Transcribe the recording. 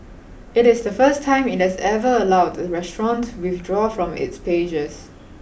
it is the first time it has ever allowed a restaurant to withdraw from its pages